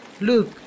Look